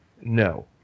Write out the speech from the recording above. No